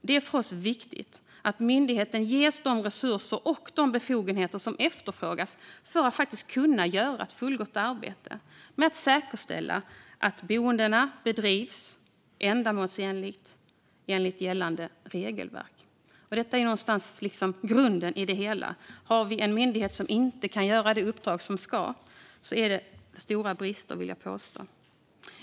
Det är för oss viktigt att myndigheten ges de resurser och befogenheter som efterfrågas för att kunna göra ett fullgott arbete med att säkerställa att boenden bedrivs ändamålsenligt enligt gällande regelverk. Detta är grunden i det hela: Att en myndighet inte kan göra det uppdrag den ska är en stor brist, vill jag påstå.